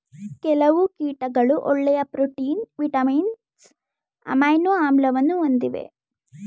ಕೆಲವು ಕೀಟಗಳು ಒಳ್ಳೆಯ ಪ್ರೋಟೀನ್, ವಿಟಮಿನ್ಸ್, ಅಮೈನೊ ಆಮ್ಲವನ್ನು ಹೊಂದಿವೆ